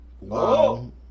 wow